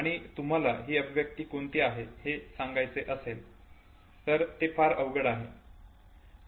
आणि तुम्हाला ही अभिव्यक्ती कोणती आहे हे सांगायचे असेल तर ते फार अवघड आहे